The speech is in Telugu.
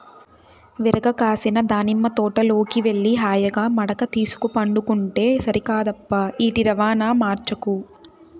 విరగ కాసిన దానిమ్మ తోటలోకి వెళ్లి హాయిగా మడక తీసుక పండుకుంటే సరికాదప్పా ఈటి రవాణా మార్చకు